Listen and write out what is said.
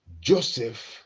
Joseph